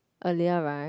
earlier right